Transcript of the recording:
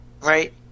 right